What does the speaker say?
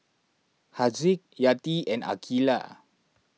Haziq Yati and Aqeelah